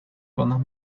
zonas